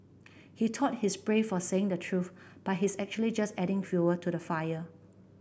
he thought he's brave for saying the truth but he's actually just adding fuel to the fire